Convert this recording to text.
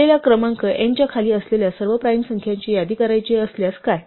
दिलेल्या क्रमांक n च्या खाली असलेल्या सर्व प्राइम संख्यांची यादी करायची असल्यास काय